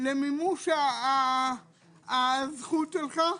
למימוש הזכות שלך,